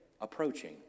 approaching